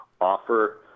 offer